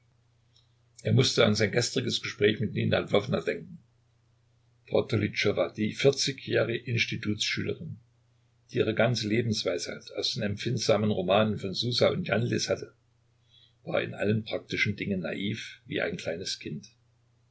er mußte an sein gestriges gespräch mit nina ljwowna denken frau tolytschowa die vierzigjährige institutsschülerin die ihre ganze lebensweisheit aus den empfindsamen romanen von susa und janlis hatte war in allen praktischen dingen naiv wie ein kleines kind